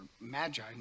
Magi